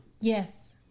Yes